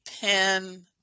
pen